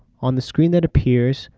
on the screen that appears,